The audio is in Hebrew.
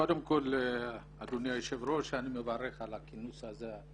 קודם כל אדוני היושב ראש אני מברך על הכינוס הזה,